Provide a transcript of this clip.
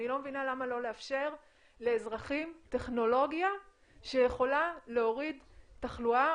אני לא מבינה למה לא לאפשר לאזרחים טכנולוגיה שיכולה להוריד תחלואה,